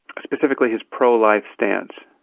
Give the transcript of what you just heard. specifically his pro-life stance.